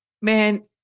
Man